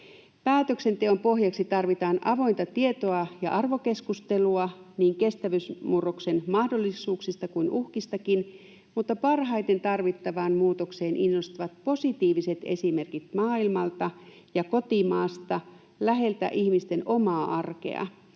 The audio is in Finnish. Päätöksenteon pohjaksi tarvitaan avointa tietoa ja arvokeskustelua niin kestävyysmurroksen mahdollisuuksista kuin uhkistakin, mutta parhaiten tarvittavaan muutokseen innostavat positiiviset esimerkit maailmalta ja kotimaasta läheltä ihmisten omaa arkea.